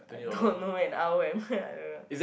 I don't know an hour and I don't know